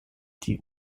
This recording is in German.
die